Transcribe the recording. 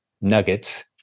nuggets